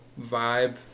vibe